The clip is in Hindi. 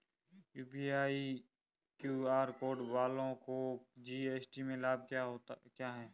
यू.पी.आई क्यू.आर कोड वालों को जी.एस.टी में लाभ क्या है?